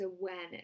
awareness